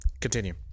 Continue